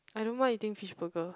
I don't mind eating fish burger